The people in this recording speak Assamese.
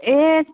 এই